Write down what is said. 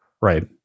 Right